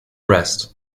rest